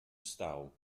vstal